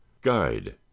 guide